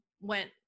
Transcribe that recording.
went